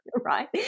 Right